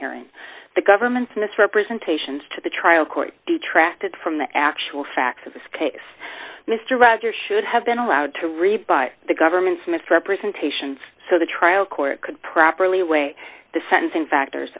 hearing the government's misrepresentations to the trial court detracted from the actual facts of this case mr rogers should have been allowed to rebut the government's misrepresentations so the trial court could properly weigh the sentencing factors